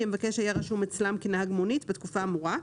המבקש היה רשום אצלם כנהג מונית בתקופה האמורה,